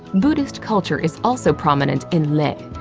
buddhist culture is also prominent in leh,